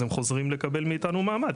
אז הם חוזרים לקבל מאיתנו מעמד,